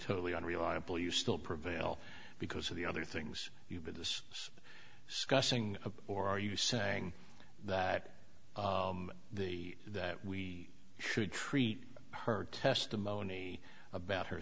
totally unreliable you still prevail because of the other things you but this is scuffing or are you saying that the that we should treat her testimony about her